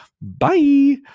Bye